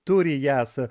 turi jas